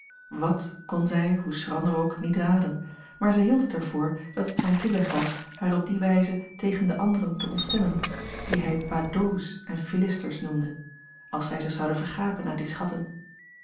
wàt kon zij hoe schrander ook niet raden maar zij hield het er voor dat het zijn toeleg was haar op die wijze tegen de anderen te ontstemmen die hij badauds en philisters noemde als zij zich zouden vergapen aan die schatten